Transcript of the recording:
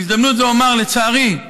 בהזדמנות זו אומר: לצערי,